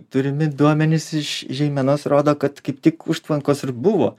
turimi duomenys iš žeimenos rodo kad kaip tik užtvankos ir buvo